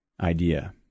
idea